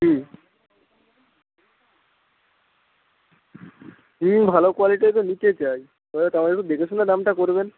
হুম হুম ভালো কোয়ালিটির তো নিতে চাই এবার তাও একটু দেখে শুনে দামটা করবেন